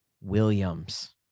Williams